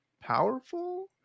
powerful